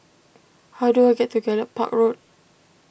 how do I get to Gallop Park Road